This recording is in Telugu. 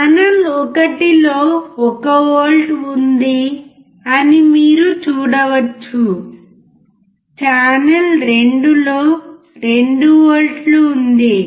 ఛానల్ ఒకటి లో 1 వోల్ట్ ఉంది అని మీరు చూడవచ్చు ఛానల్ 2 లో 2 వోల్ట్లు ఉంది